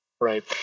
right